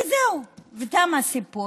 וזהו, תם הסיפור.